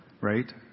right